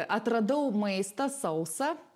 atradau maistą sausą